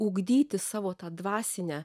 ugdyti savo tą dvasinę